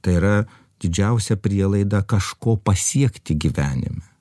tai yra didžiausia prielaida kažko pasiekti gyvenime